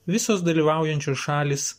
visos dalyvaujančios šalys